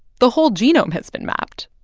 the whole genome has been mapped.